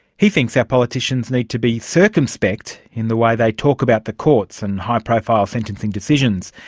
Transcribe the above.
he thinks our politicians need to be circumspect in the way they talk about the courts and high-profile sentencing decisions,